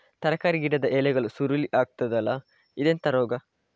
ತರಕಾರಿ ಗಿಡದ ಎಲೆಗಳು ಸುರುಳಿ ಆಗ್ತದಲ್ಲ, ಇದೆಂತ ರೋಗ?